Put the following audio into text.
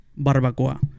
barbacoa